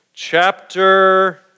Chapter